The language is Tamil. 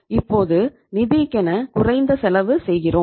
இப்போது நிதிக்கென குறைந்த செலவு செய்கிறோம்